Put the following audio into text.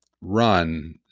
run